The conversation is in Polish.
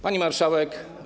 Pani Marszałek!